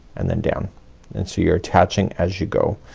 and then down and so you're attaching as you go.